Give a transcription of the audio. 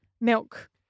milk